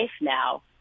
now